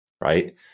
right